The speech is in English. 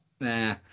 Nah